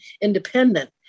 independent